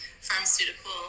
pharmaceutical